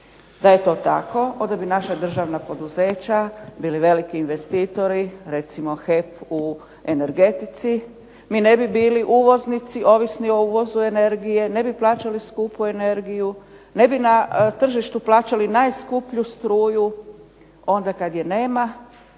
Da je to tako onda bi naša državna poduzeća bili veliki investitori, recimo "HEP" u energetici, mi ne bi bili uvoznici ovisni o uvozu energije, ne bi plaćali skupu energiju, ne bi na tržištu plaćali najskuplju struju onda kad je nema.